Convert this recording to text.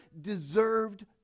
deserved